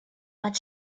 but